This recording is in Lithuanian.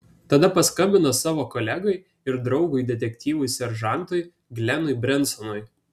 tada paskambino savo kolegai ir draugui detektyvui seržantui glenui brensonui